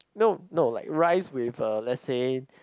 no no like rice with uh let's say